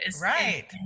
Right